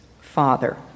father